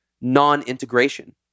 non-integration